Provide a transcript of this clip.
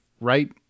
right